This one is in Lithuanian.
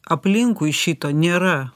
aplinkui šito nėra